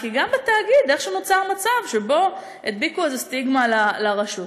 כי גם בתאגיד איכשהו נוצר מצב שבו הדביקו איזו סטיגמה לרשותניקים.